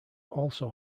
also